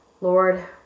Lord